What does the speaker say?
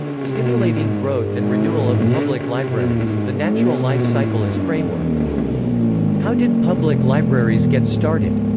stimulating growth and renewal of public libraries the natural life cycle as framework how did public libraries get started?